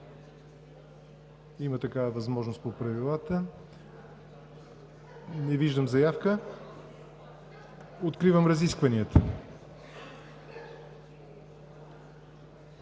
има такава възможност по правилата. Не виждам заявка. Откривам разискванията